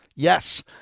Yes